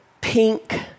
pink